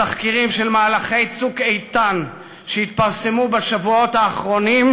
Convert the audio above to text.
התחקירים של מהלכי "צוק איתן" שהתפרסמו בשבועות האחרונים,